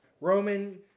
Roman